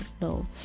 no